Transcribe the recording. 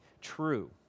true